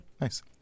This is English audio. nice